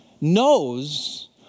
knows